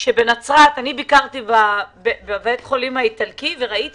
בנצרת ביקרתי בית החולים האיטלקי וראיתי